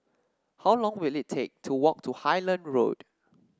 how long will it take to walk to Highland Road